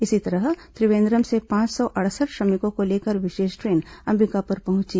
इसी तरह त्रिवेन्द्रम से पांच सौ अड़सठ श्रमिकों को लेकर विशेष ट्रेन अंबिकापुर पहुंची